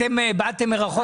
אתם באתן מרחוק.